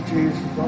Jesus